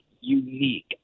unique